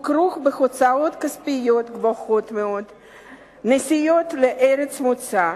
הוא כרוך בהוצאות כספיות גבוהות מאוד ונסיעות לארץ המוצא.